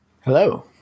hello